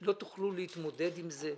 לא תוכלו להתמודד עם זה.